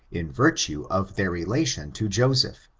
in virtue of their relation to joseph,